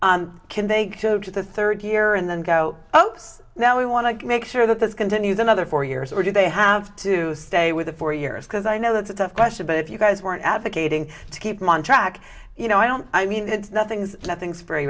say can they go to the third year and then go oh now we want to make sure that this continues another four years or do they have to stay with it for years because i know that's a tough question but if you guys weren't advocating to keep them on track you know i don't i mean the things that thing